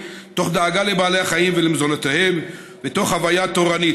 תוך דאגה לבעלי החיים ולמזונותיהם ותוך הוויה תורנית,